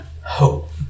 hope